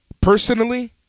personally